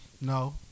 No